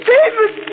David